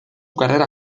carrera